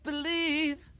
Believe